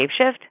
Shapeshift